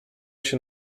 się